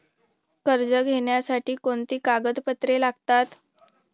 कर्ज घेण्यासाठी कोणती कागदपत्रे लागतात?